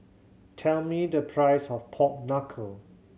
tell me the price of pork knuckle